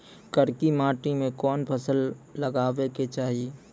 करकी माटी मे कोन फ़सल लगाबै के चाही?